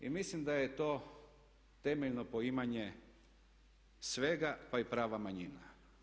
I mislim da je to temeljno poimanje svega pa i prava manjina.